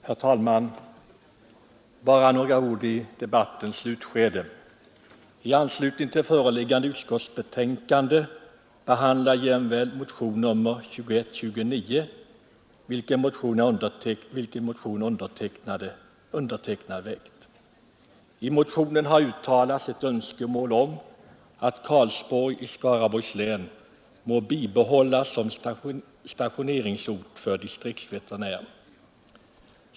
Herr talman! Bara några ord i debattens slutskede. I det föreliggande utskottsbetänkandet behandlas även motionen 2129 som jag har väckt. I motionen uttalas önskemålet att Karlsborg i Skaraborgs län må bibehållas som stationeringsort för distriktveterinär.